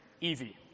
easy